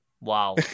wow